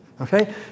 Okay